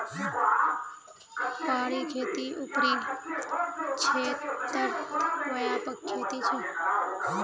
पहाड़ी खेती ऊपरी क्षेत्रत व्यापक खेती छे